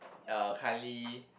uh kindly